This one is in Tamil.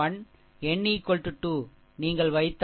n 2 நீங்கள் வைத்தால் அது 1 பவர்4